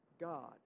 God